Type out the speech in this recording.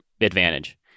advantage